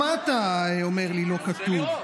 מה אתה אומר לי שלא כתוב?